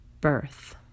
birth